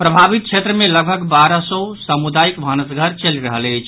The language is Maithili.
प्रभावित क्षेत्र मे लगभग बारह सौ सामुदायिक भानस घर चलि रहल अछि